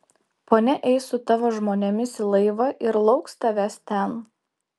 ponia eis su tavo žmonėmis į laivą ir lauks tavęs ten